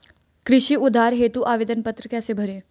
कृषि उधार हेतु आवेदन पत्र कैसे भरें?